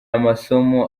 amasomo